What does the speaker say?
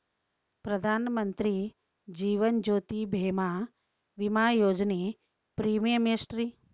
ಪ್ರಧಾನ ಮಂತ್ರಿ ಜೇವನ ಜ್ಯೋತಿ ಭೇಮಾ, ವಿಮಾ ಯೋಜನೆ ಪ್ರೇಮಿಯಂ ಎಷ್ಟ್ರಿ?